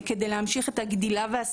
על מנת להמשיך את העשייה ואת הגדילה.